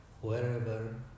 wherever